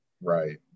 Right